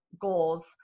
goals